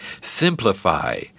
Simplify